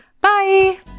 Bye